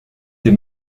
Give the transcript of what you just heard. des